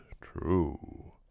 true